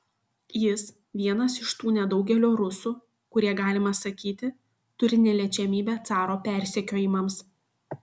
jis vienas iš tų nedaugelio rusų kurie galima sakyti turi neliečiamybę caro persekiojimams